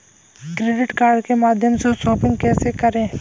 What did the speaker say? Credit card के माध्यम से शॉपिंग कैसे करें?